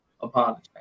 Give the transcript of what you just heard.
apologize